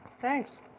Thanks